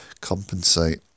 compensate